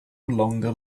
longer